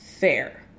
Fair